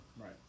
Right